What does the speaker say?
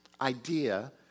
idea